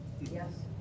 Yes